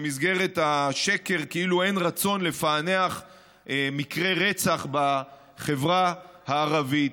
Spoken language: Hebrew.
במסגרת השקר כאילו אין רצון לפענח מקרי רצח בחברה הערבית.